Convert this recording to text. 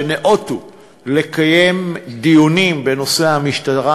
שניאותו לקיים דיונים בנושא המשטרה,